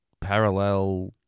parallel